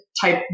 type